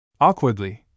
Awkwardly